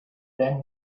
then